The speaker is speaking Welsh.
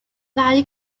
ddau